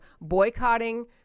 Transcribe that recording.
boycotting